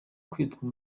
kwitwa